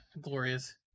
Glorious